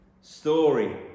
story